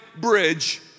bridge